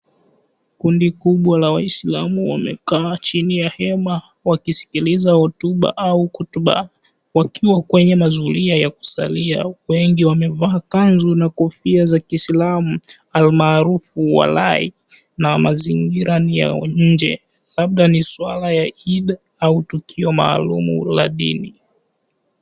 Kundi kubwa la waisilamu wamekaa chini ya hema wakisikilza hotuba au kutubaa, wakiwa kwenye mazulia ya kusalia huku wengi wakivaa kanzu na kofia za kiislamu almarufu walai na mazingira ni ya nje, labda ni swala ya Idd au tukio maalumu la dini.